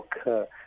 occur